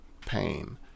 pain